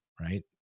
right